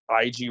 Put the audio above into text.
ig